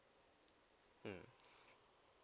mm